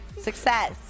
Success